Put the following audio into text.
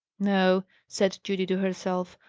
no, said judy to herself,